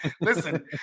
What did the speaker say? Listen